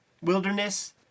wilderness